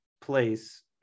place